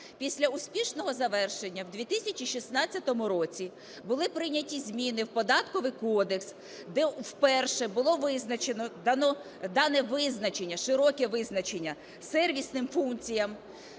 Після успішного завершення в 2016 році були прийняті зміни в Податковий кодекс, де вперше було визначено, дано визначення, широке